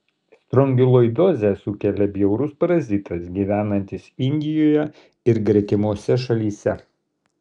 strongiloidozę sukelia bjaurus parazitas gyvenantis indijoje ir gretimose šalyse